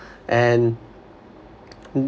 and